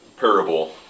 parable